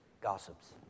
Gossips